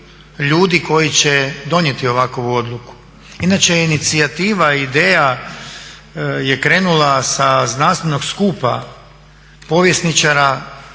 ljudi koji će donijeti ovakvu odluku. Inače inicijativa i ideja je krenula sa znanstvenog skupa povjesničara povodom